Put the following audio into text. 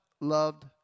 loved